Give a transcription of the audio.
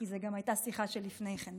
כי זו גם הייתה שיחה שלפני כן,